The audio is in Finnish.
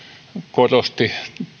korosti